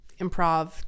improv